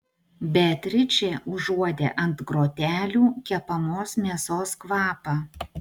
beatričė užuodė ant grotelių kepamos mėsos kvapą